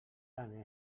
tant